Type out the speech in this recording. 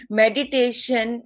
meditation